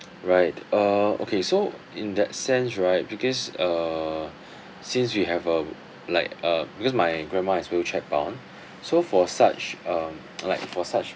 right uh okay so in that sense right because uh since we have uh like uh because my grandma is wheelchair bound so for such um like for such